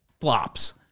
flops